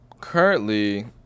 currently